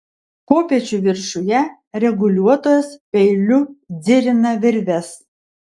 kopėčių viršuje reguliuotojas peiliu dzirina virves